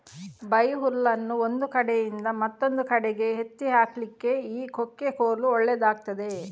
ಬೈಹುಲ್ಲನ್ನು ಒಂದು ಕಡೆಯಿಂದ ಮತ್ತೊಂದು ಕಡೆಗೆ ಎತ್ತಿ ಹಾಕ್ಲಿಕ್ಕೆ ಈ ಕೊಕ್ಕೆ ಕೋಲು ಒಳ್ಳೇದಾಗ್ತದೆ